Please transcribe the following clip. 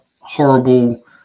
horrible